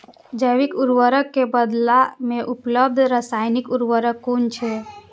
जैविक उर्वरक के बदला में उपलब्ध रासायानिक उर्वरक कुन छै?